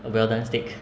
a well done steak